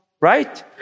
Right